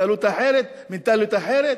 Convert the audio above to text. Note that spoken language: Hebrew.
התנהלות אחרת, מנטליות אחרת?